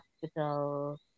hospital